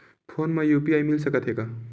Phone मा UPI मिल सकत हे का?